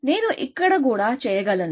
నేను ఇక్కడ కూడా చేయగలను